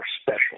special